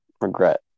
regret